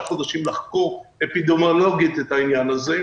חודשים לחקור אפידמיולוגית את העניין הזה.